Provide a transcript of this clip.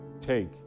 take